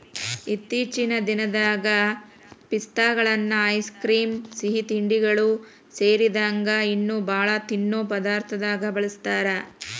ಇತ್ತೇಚಿನ ದಿನದಾಗ ಪಿಸ್ತಾಗಳನ್ನ ಐಸ್ ಕ್ರೇಮ್, ಸಿಹಿತಿಂಡಿಗಳು ಸೇರಿದಂಗ ಇನ್ನೂ ಬಾಳ ತಿನ್ನೋ ಪದಾರ್ಥದಾಗ ಬಳಸ್ತಾರ